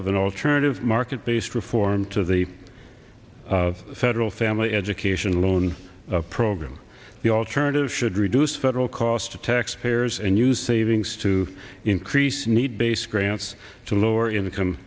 of an alternative market based reform to the federal family education loan program the alternative should reduce federal cost of taxpayers and use savings to increase need based grants to lower income